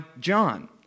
John